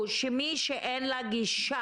שנייה, שנייה.